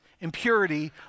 impurity